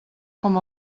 com